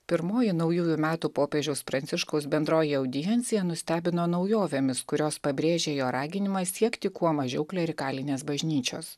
pirmoji naujųjų metų popiežiaus pranciškaus bendroji audiencija nustebino naujovėmis kurios pabrėžė jo raginimą siekti kuo mažiau klerikalinės bažnyčios